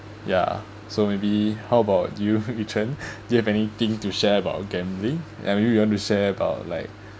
ya so maybe how about you Yu Chen do you have anything to share about gambling ya maybe you want to share about like